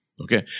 Okay